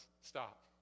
Stop